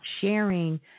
sharing